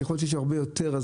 ככל שיש הרבה יותר,